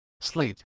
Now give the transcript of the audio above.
slate